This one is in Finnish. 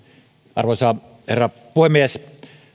arvoisa herra puhemies